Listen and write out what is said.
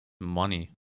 money